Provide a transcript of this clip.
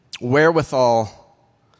wherewithal